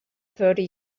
thirty